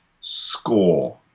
score